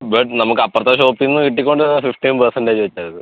but നമുക്ക് അപ്പുറത്തെ ഷോപ്പിന്ന് കിട്ടികൊണ്ടിരുന്നത് ഫിഫ്റ്റീൻ പെർസെൻറ്റേജ് വെച്ചായിത്